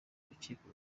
urukiko